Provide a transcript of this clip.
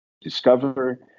discover